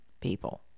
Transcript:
people